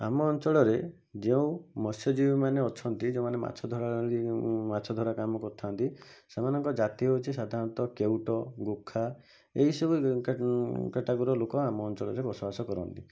ଆମ ଅଞ୍ଚଳରେ ଯେଉଁ ମତ୍ସ୍ୟଜୀବିମାନେ ଅଛନ୍ତି ଯୋଉମାନେ ମାଛ ଧରାଳି ମାଛଧରା କାମ କରିଥାନ୍ତି ସେମାନଙ୍କ ଜାତି ହେଉଛି ସାଧାରଣତଃ କେଉଁଟ ଗୁଖା ଏଇସବୁ କେଟାଗୋରୀର ଲୋକ ଆମ ଅଞ୍ଚଳରେ ବସବାସ କରନ୍ତି